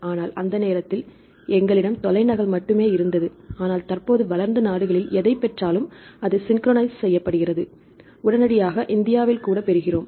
ஆனால் அந்த நேரத்தில் எங்களிடம் தொலை நகல் மட்டுமே இருந்தது ஆனால் தற்போது வளர்ந்த நாடுகளில் எதைப் பெற்றாலும் அது சின்க்ரோநைஸ் செய்யப்படுகிறது உடனடியாக இந்தியாவில் கூட பெறுகிறோம்